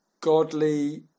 godly